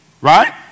Right